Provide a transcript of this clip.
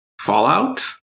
Fallout